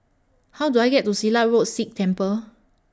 How Do I get to Silat Road Sikh Temple